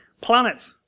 planet